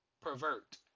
pervert